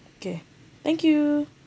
okay thank you